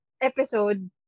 episode